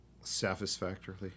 Satisfactorily